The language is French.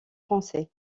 français